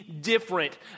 different